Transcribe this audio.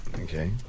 Okay